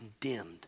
condemned